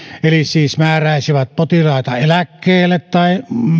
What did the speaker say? eli siis määräisivät potilaita eläkkeelle tai